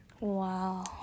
Wow